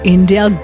India